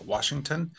Washington